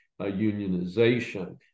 unionization